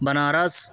Banaras